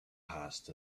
passed